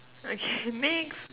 okay next